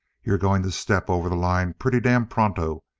you're going to step over the line pretty damn pronto,